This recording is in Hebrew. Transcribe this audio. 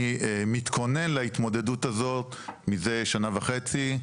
אני מתכונן כבר להתמודדות הזאת מזה שנה וחצי.